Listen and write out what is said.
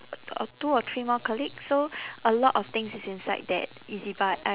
uh two or three more colleagues so a lot of things is inside that ezbuy uh